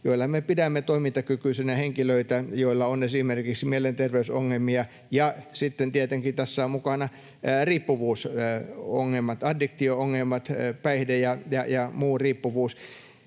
joilla me pidämme toimintakykyisinä henkilöitä, joilla on esimerkiksi mielenterveysongelmia, ja sitten tietenkin tässä ovat mukana riippuvuusongelmat, addiktio-ongelmat, päihde- ja muu riippuvuus.